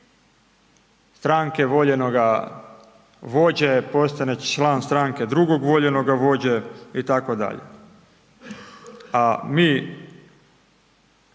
stranke voljenoga vođe postane član stranke drugog voljenoga vođe itd.. A mi